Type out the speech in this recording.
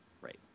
Right